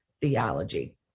theology